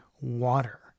water